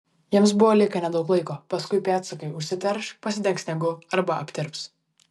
jiems buvo likę nedaug laiko paskui pėdsakai užsiterš pasidengs sniegu arba aptirps